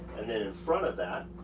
and then in front of that,